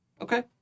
Okay